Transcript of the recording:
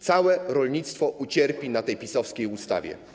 Całe rolnictwo ucierpi na tej PiS-owskiej ustawie.